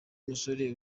musore